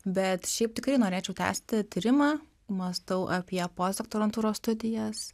bet šiaip tikrai norėčiau tęsti tyrimą mąstau apie post doktorantūros studijas